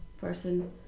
person